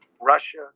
Russia